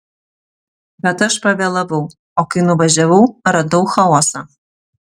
bet aš pavėlavau o kai nuvažiavau radau chaosą